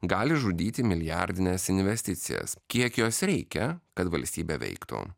gali žudyti milijardines investicijas kiek jos reikia kad valstybė veiktų